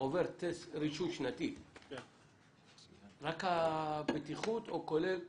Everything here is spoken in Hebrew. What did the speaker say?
עובר רישוי שנתי, רק הבטיחות או כולל עוד?